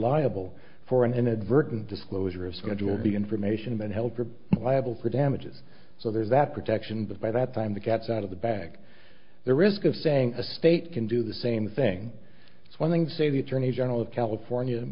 liable for an inadvertent disclosure of schedule b information been held for liable for damages so there's that protection but by that time the cat's out of the bag the risk of saying a state can do the same thing it's one thing to say the attorney general of california